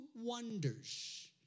wonders